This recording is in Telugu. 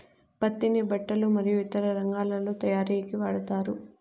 పత్తిని బట్టలు మరియు ఇతర రంగాలలో తయారీకి వాడతారు